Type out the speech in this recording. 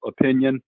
opinion